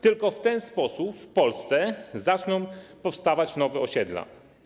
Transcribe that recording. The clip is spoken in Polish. Tylko w ten sposób w Polsce zaczną powstawać nowe osiedla.